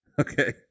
Okay